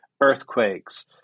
earthquakes